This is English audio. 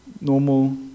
normal